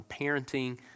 parenting